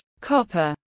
copper